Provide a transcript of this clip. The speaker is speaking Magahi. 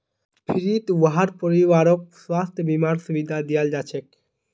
फ्रीत वहार परिवारकों स्वास्थ बीमार सुविधा दियाल जाछेक